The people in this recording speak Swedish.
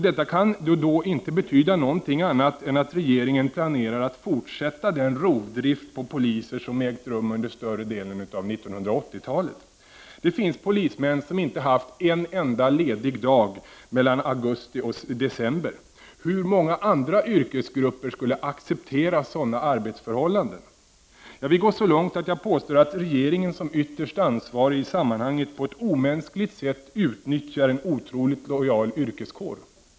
Det kan inte betyda någonting annat än att regeringen planerar att fortsätta den rovdrift på poliser som har ägt rum under större delen av 1980-talet. Det finns polismän som inte har haft en enda ledig dag mellan augusti och december. Hur många andra yrkesgrupper skulle acceptera sådana arbetsförhållanden? Jag vill gå så långt som att påstå att regeringen som ytterst ansvarig i sammanhanget på ett omänskligt sätt utnyttjar en otroligt lojal yrkeskår.